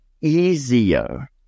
easier